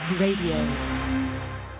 Radio